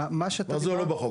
מה, מה זה הוא לא בחוק?